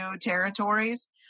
territories